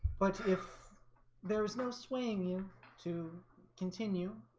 but if there is no swaying you to continue,